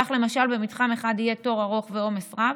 כך למשל במתחם אחד יהיה תור ארוך ועומס רב,